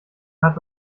hat